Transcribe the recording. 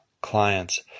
clients